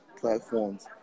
platforms